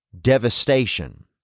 devastation